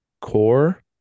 core